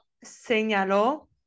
Señaló